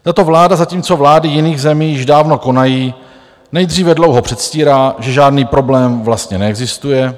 Tato vláda, zatímco vlády jiných zemí již dávno konají, nejdříve dlouho předstírá, že žádný problém vlastně neexistuje.